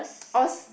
I was